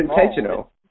intentional